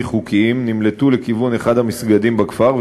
חוקיים נמלטו לכיוון אחד המסגדים בכפר,